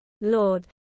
Lord